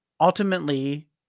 ultimately